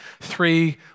Three